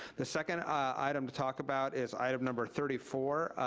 the second item to talk about is item number thirty four.